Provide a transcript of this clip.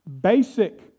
Basic